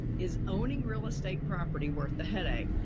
is owning real estate property worth the headache?